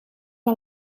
wel